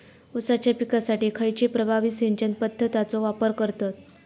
ऊसाच्या पिकासाठी खैयची प्रभावी सिंचन पद्धताचो वापर करतत?